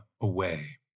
away